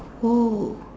oh